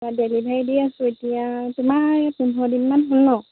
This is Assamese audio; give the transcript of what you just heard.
অ ডেলিভাৰী দি আছোঁ এতিয়া তোমাৰ পোন্ধৰ দিনমান হ'ল ন